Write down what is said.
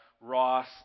Ross